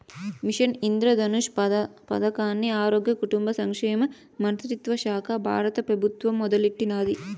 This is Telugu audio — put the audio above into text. మిషన్ ఇంద్రధనుష్ పదకాన్ని ఆరోగ్య, కుటుంబ సంక్షేమ మంత్రిత్వశాక బారత పెబుత్వం మొదలెట్టినాది